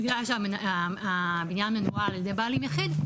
אז פה בגלל שבעצם הבניין מנוהל על ידי בעלים יחיד,